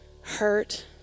hurt